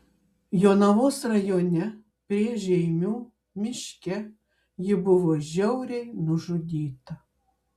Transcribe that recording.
jonavos rajone prie žeimių miške ji buvo žiauriai nužudyta